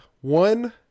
one